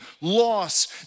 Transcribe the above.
loss